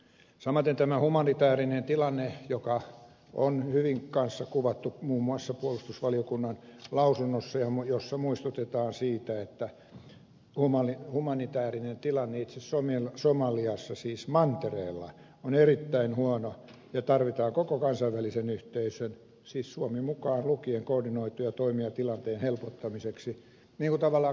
samaten tämä humanitäärinen tilanne joka myös on hyvin kuvattu muun muassa puolustusvaliokunnan lausunnossa jossa muistutetaan siitä että humanitäärinen tilanne itse somaliassa siis mantereella on erittäin huono ja tarvitaan koko kansainvälisen yhteisön siis suomi mukaan lukien koordinoituja toimia tilanteen helpottamiseksi niin kun tavallaan kaikki tiedämme